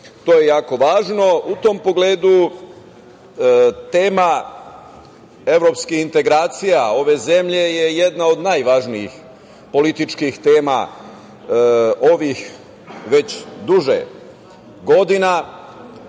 To je jako važno.U tom pogledu, tema evropskih integracija ove zemlje je jedna od najvažnijih političkih tema ovih već duže godina.